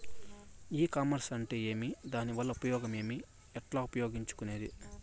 ఈ కామర్స్ అంటే ఏమి దానివల్ల ఉపయోగం ఏమి, ఎట్లా ఉపయోగించుకునేది?